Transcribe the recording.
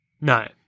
No